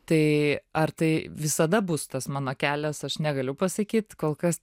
tai ar tai visada bus tas mano kelias aš negaliu pasakyt kol kas